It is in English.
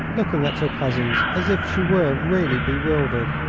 looking at her cousins as if she were really bewildered.